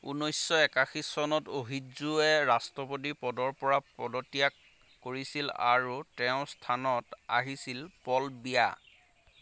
ঊনৈছশ একাশী চনত অহিদজোৱে ৰাষ্ট্ৰপতি পদৰপৰা পদত্যাগ কৰিছিল আৰু তেওঁৰ স্থানত আহিছিল পল বিয়া